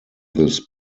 this